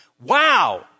Wow